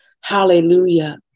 Hallelujah